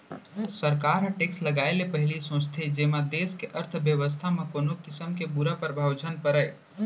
सरकार ह टेक्स लगाए ले पहिली सोचथे जेमा देस के अर्थबेवस्था म कोनो किसम के बुरा परभाव झन परय